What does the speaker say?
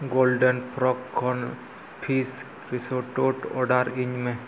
ᱠᱷᱚᱱ ᱯᱷᱤᱥ ᱨᱤᱥᱳᱴᱳᱴ ᱟᱹᱧ ᱢᱮ